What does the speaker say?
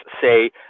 say